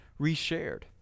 reshared